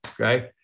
Okay